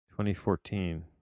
2014